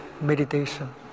meditation